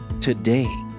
today